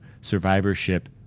survivorship